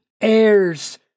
heirs